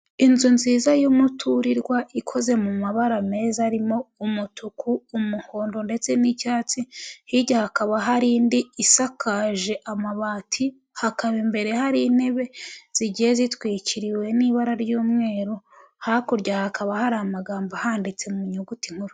Inzu nziza y'umuturirwa ikoze mu mabara meza harimo umutuku, umuhondo ndetse n'icyatsi hirya hakaba hari indi isakaje amabati, hakaba imbere hari intebe zigiye zitwikiriwe n'ibara ry'umweru, hakurya hakaba hari amagambo ahanditse mu nyuguti nkuru.